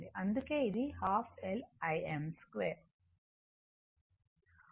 అందుకే ఇది ½ L Im 2